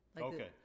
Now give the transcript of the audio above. Okay